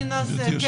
ולפתור אותו.